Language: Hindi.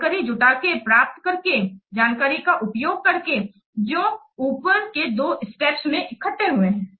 जानकारी जुटा के प्राप्त करके जानकारी का उपयोग करके जो ऊपर के दो स्टेप्स में इकट्ठे हुए हैं